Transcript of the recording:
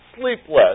sleepless